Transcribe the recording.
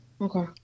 Okay